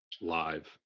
live